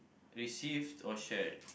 received or shared